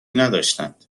نداشتند